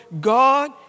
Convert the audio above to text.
God